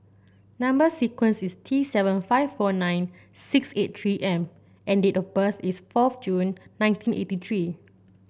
number sequence is T seven five four nine six eight three M and date of birth is fourth June nineteen eighty three